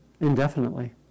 indefinitely